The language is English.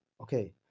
Okay